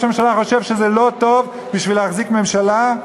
הממשלה חושב שהוא לא טוב בשביל להחזיק ממשלה?